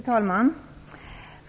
Fru talman!